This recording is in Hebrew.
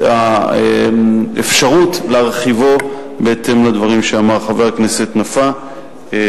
האפשרות להרחיבה בהתאם לדברים שאמר חבר הכנסת נפאע.